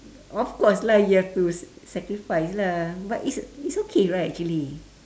of course lah you have to s~ sacrifice lah but it's it's okay right actually